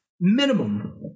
minimum